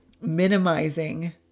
minimizing